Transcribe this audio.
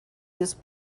this